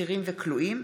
אסירים וכלואים),